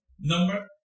number